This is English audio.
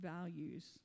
values